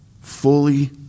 fully